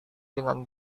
dengan